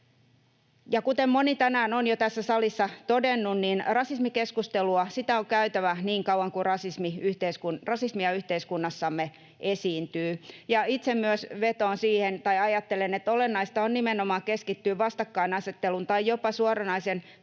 Kuten moni jo tänään on tässä salissa todennut, rasismikeskustelua on käytävä niin kauan kuin rasismia yhteiskunnassamme esiintyy. Itse myös vetoan siihen tai ajattelen, että olennaista on nimenomaan keskittyä vastakkainasettelun tai jopa suoranaisen vihan lietsonnan